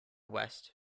west